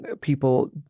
people